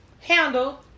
handle